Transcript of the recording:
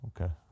Okay